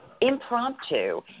impromptu